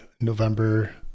November